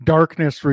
Darkness